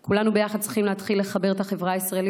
כולנו ביחד צריכים להתחיל לחבר את החברה הישראלית,